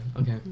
okay